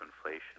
inflation